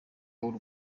w’u